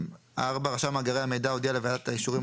(4)רשם מאגרי המידע הודיע לוועדת האישורים